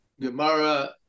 Gemara